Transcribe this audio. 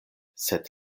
sed